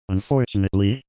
Unfortunately